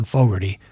Fogarty